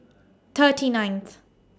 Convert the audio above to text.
thirty ninth